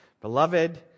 beloved